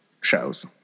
shows